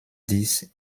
dies